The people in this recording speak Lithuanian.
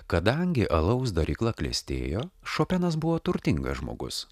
kadangi alaus darykla klestėjo šopenas buvo turtingas žmogus